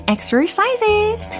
Exercises